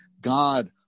God